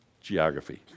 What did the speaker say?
geography